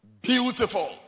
Beautiful